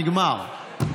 נגמר.